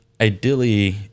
Ideally